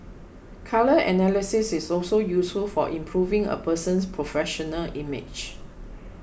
colour analysis is also useful for improving a person's professional image